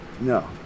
No